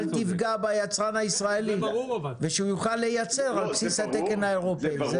תפגע ביצרן הישראלי ושיוכל לייצר על בסיס התקן האירופאי.